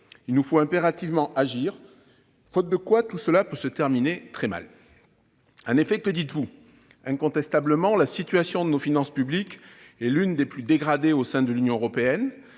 Il nous faut impérativement agir, faute de quoi tout cela pourrait se terminer très mal. En détail, que dites-vous ? Incontestablement, la situation de nos finances publiques est l'une des plus dégradées au sein de l'Union européenne.